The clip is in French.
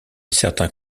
certains